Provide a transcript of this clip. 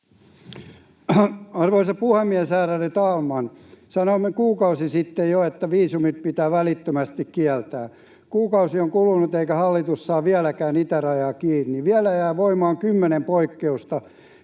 Arvoisa puhemies, ärade talman! Sanoimme kuukausi sitten jo, että viisumit pitää välittömästi kieltää. Kuukausi on kulunut, eikä hallitus saa vieläkään itärajaa kiinni. Vielä jää voimaan kymmenen poikkeusta,